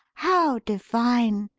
how divine!